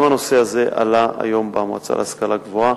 גם הנושא הזה עלה היום במועצה להשכלה גבוהה.